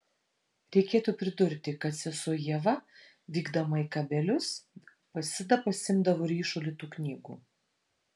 reikėtų pridurti kad sesuo ieva vykdama į kabelius visada pasiimdavo ryšulį tų knygų